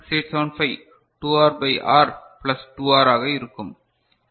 6875 2R by R plus 2R ஆக இருக்கும்